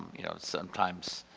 you know, sometimes